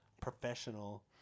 professional